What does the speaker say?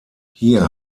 hier